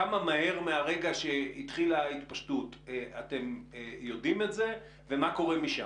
כמה מהר מהרגע שהתחילה ההתפשטות אתם יודעים את זה ומה קורה משם?